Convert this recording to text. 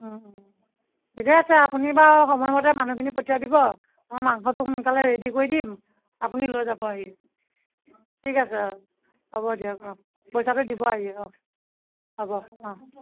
ঠিকে আছে আপুনি বাৰু সময়মতে মানুহখিনি পঠিয়াই দিব মই মাংসটো সোনকালে ৰেডি কৰি দিম আপুনি লৈ যাব আহি ঠিক আছে হ'ব দিয়ক পইচাটো দিব আহি হ'ব